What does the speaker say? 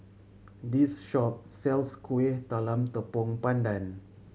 this shop sells Kuih Talam Tepong Pandan